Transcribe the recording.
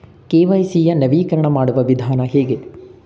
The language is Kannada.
ಕೆ.ವೈ.ಸಿ ಯ ನವೀಕರಣ ಮಾಡುವ ವಿಧಾನ ಹೇಗೆ?